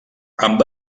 amb